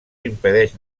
impedeix